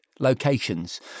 locations